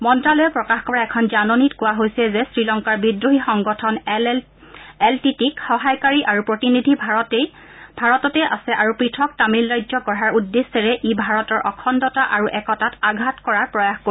মন্তালয়ে প্ৰকাশ কৰা এখন জাননীত কোৱা হৈছে যে শ্ৰীলংকাৰ বিদ্ৰোহী সংগঠন এল টি টি ইক সহায়কাৰী আৰু প্ৰতিনিধি ভাৰততেই আছে আৰু পৃথক তামিল ৰাজ্য গঢ়াৰ উদ্দেশ্যেৰে ই ভাৰতৰ অখণ্ডতা আৰু একতাত আঘাত কৰাৰ প্ৰয়াস কৰিব